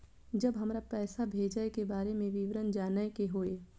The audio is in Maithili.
जब हमरा पैसा भेजय के बारे में विवरण जानय के होय?